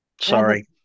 Sorry